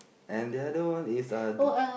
and the other one is uh d~